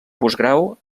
postgrau